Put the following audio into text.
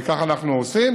וכך אנחנו עושים.